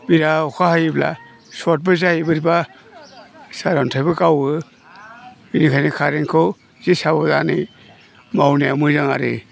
बिराद अखा हायोब्ला शर्टबो जायो बोरैबा सारन्थाइबो गावो बिनिखायनो कारेन्टखौ एसे साबदानै मावनाया मोजां आरो